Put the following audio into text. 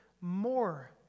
more